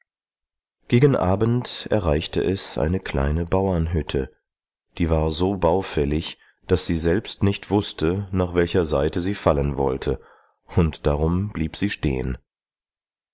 gegen abend erreichte es eine kleine bauernhütte die war so baufällig daß sie selbst nicht wußte nach welcher seite sie fallen wollte und darum blieb sie stehen